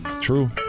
true